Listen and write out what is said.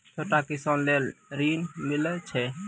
छोटा किसान लेल ॠन मिलय छै?